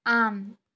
on